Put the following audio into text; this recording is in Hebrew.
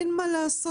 אין מה לעשות